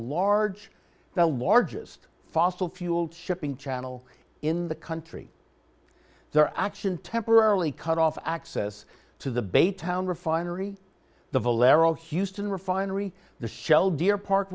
large the largest fossil fuel shipping channel in the country their action temporarily cut off access to the baytown refinery the valero houston refinery the shell dear park